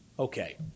Okay